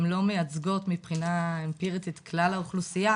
הם לא מייצגות מבחינה אמפירית את כלל האוכלוסייה,